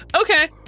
Okay